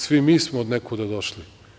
Svi mi smo od nekuda došli.